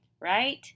right